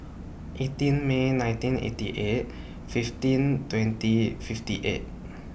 eighteen May nineteen eighty eight fifteen twenty fifty eight